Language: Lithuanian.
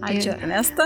ačiū ernesta